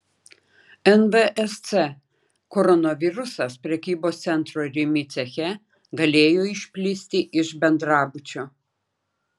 nvsc koronavirusas prekybos centro rimi ceche galėjo išplisti iš bendrabučio